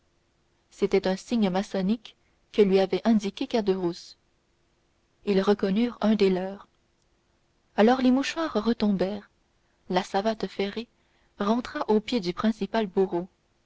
c'était un signe maçonnique que lui avait indiqué caderousse ils reconnurent un des leurs aussitôt les mouchoirs retombèrent la savate ferrée rentra au pied du principal bourreau